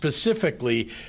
specifically